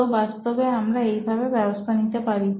তো বাস্তবে আমরা এইভাবে ব্যবস্থা নিতে পারি